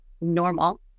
normal